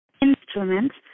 instruments